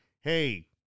hey